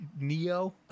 Neo